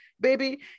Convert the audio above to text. baby